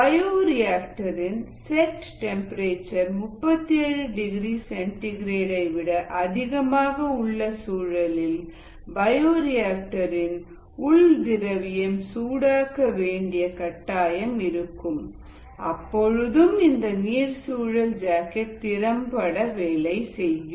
bioreactor இன் set temperature 37 degree centigrade ஐ விட அதிகமாக உள்ள சூழலில் பயோரிஆக்டர் இன் உன் திரவியம் சூடாக்க வேண்டிய கட்டாயம் இருக்கும் அப்பொழுதும் இந்த நீர் சுழலும் ஜாக்கெட் திறம்பட வேலை செய்யும்